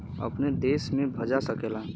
अपने देश में भजा सकला